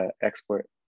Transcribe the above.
export